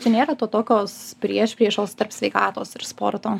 čia nėra to tokios priešpriešos tarp sveikatos ir sporto